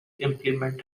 implement